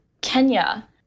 Kenya